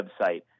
website